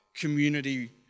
community